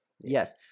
yes